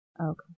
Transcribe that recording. Okay